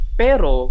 pero